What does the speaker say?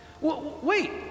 Wait